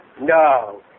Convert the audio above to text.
No